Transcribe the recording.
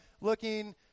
looking